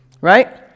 right